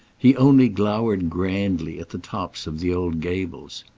he only glowered grandly at the tops of the old gables.